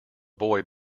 boy